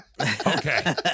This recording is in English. Okay